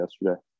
yesterday